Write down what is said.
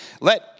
Let